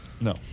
No